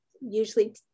usually